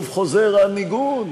שוב חוזר הניגון,